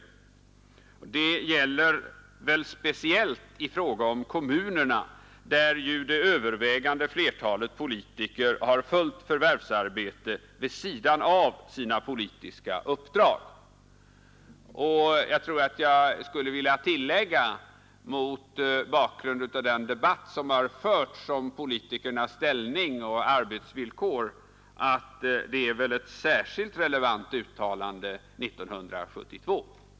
Det gäller speciellt i fråga om kommunerna, där ju det överväldigande flertalet politiker har fullt förvärvsarbete vid sidan av sina politiska uppdrag. Mot bakgrunden av den debatt som har förts om politikernas ställning och arbetsvillkor är utskottets uttalande särskilt relevant 1972.